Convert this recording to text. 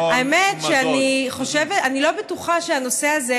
האמת שאני לא בטוחה שהנושא הזה,